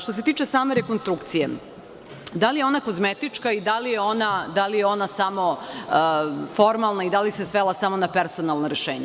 Što se tiče same rekonstrukcije, da li je ona kozmetička i da li je ona samo formalna i da li se svela samo na personalna rešenja?